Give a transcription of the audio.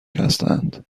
هستند